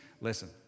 listen